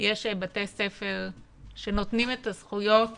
יש בתי ספר שנותנים את הזכויות